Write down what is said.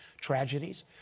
tragedies